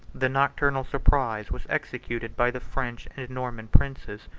the nocturnal surprise was executed by the french and norman princes,